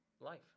life